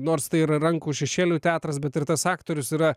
nors tai yra rankų šešėlių teatras bet ir tas aktorius yra